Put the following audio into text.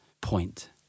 point